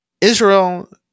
Israel